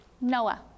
Noah